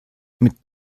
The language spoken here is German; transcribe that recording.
mit